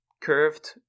curved